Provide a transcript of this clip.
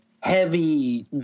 heavy